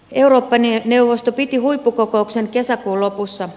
eurooppa neuvosto piti huippukokouksen kesäkuun lopussa